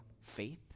faith